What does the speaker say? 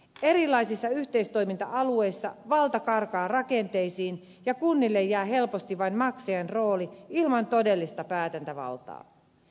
erilaisilla yhteistoiminta alueilla valta karkaa rakenteisiin ja kunnille jää helposti vain maksajan rooli ilman todellista päätäntävaltaa